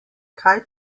kaj